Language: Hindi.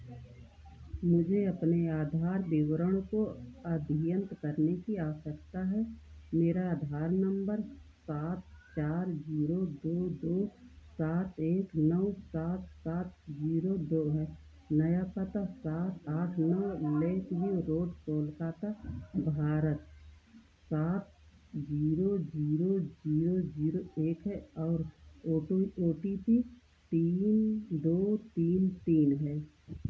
मुझे अपने आधार विवरण को अद्यतन करने की आवश्यकता है मेरा आधार नंबर सात चार जीरो दो दो सात एक नौ सात सात जीरो दो है नया पता सात आठ नौ lake view road Kolkata Bharat सात जीरो जीरो जीरो जीरो एक है और ओटो ओ टी पी तीन दो तीन तीन है